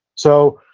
so,